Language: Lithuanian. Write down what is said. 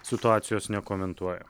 situacijos nekomentuoja